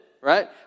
Right